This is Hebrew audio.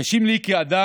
קשים לי כאדם,